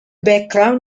background